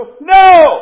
No